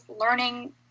learning